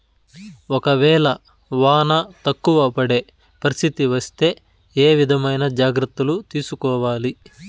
ఒక వేళ వాన తక్కువ పడే పరిస్థితి వస్తే ఏ విధమైన జాగ్రత్తలు తీసుకోవాలి?